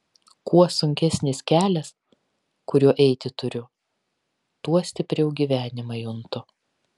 kuo sunkesnis kelias kuriuo eiti turiu tuo stipriau gyvenimą juntu